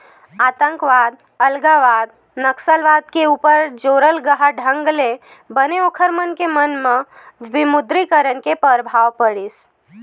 आंतकवाद, अलगावाद, नक्सलवाद के ऊपर जोरलगहा ढंग ले बने ओखर मन के म विमुद्रीकरन के परभाव पड़िस